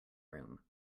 room